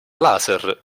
laser